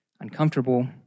uncomfortable